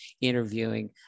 interviewing